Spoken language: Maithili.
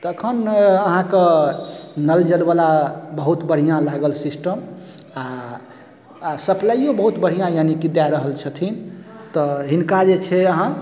तखन अहाँक नल जल बला बहुत बढ़िआँ लागल सिस्टम आ आ सप्लाइयो बहुत बढ़िआँ यानिकि दहलऽ छथिन तऽ हिनका जे छै अहाँ